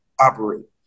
operate